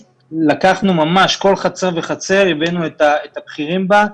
לקחנו ממש כל חצר וחצר, הבאנו את הבכירים בה,